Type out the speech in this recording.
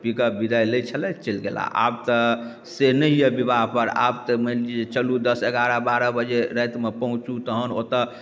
विदाइ लै छलथि चलि गेलाह आब तऽ से नहि यऽ विवाहपर आब तऽ मानि लिऽ जे चलू दस एगारह बारह बजे रातिमे पहुँचू तहन ओतऽ